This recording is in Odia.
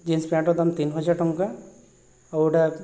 ଜିନ୍ସ ପ୍ୟାଣ୍ଟର ଦାମ୍ ତିନିହଜାର ଟଙ୍କା ଆଉ ଏଇଟା